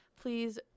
Please